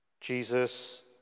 Jesus